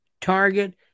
Target